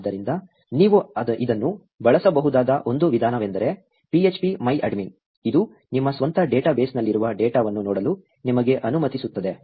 ಆದ್ದರಿಂದ ನೀವು ಇದನ್ನು ಬಳಸಬಹುದಾದ ಒಂದು ವಿಧಾನವೆಂದರೆ phpMyAdmin ಇದು ನಿಮ್ಮ ಸ್ವಂತ ಡೇಟಾಬೇಸ್ನಲ್ಲಿರುವ ಡೇಟಾವನ್ನು ನೋಡಲು ನಿಮಗೆ ಅನುಮತಿಸುತ್ತದೆ